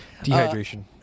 dehydration